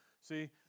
see